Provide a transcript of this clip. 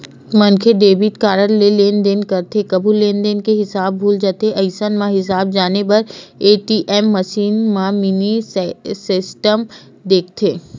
मनखे debit card ले लेनदेन करथे कभू लेनदेन के हिसाब भूला जाथे अइसन म हिसाब जाने बर ए.टी.एम मसीन म मिनी स्टेटमेंट देखथे